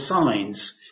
signs